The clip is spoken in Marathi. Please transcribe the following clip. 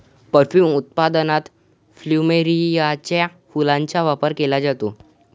परफ्यूम उत्पादनात प्लुमेरियाच्या फुलांचा वापर केला जातो